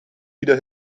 wieder